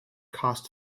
cost